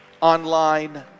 online